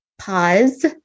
pause